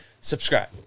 Subscribe